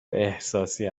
احساسی